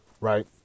right